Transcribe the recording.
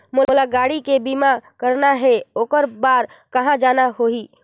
मोला गाड़ी के बीमा कराना हे ओकर बार कहा जाना होही?